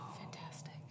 Fantastic